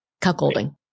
cuckolding